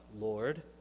Lord